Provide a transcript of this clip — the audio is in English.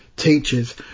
teachers